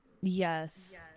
Yes